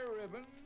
ribbon